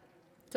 אתם.